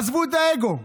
עזבו את האגו,